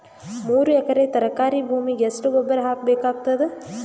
ಮೂರು ಎಕರಿ ತರಕಾರಿ ಭೂಮಿಗ ಎಷ್ಟ ಗೊಬ್ಬರ ಹಾಕ್ ಬೇಕಾಗತದ?